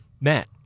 Matt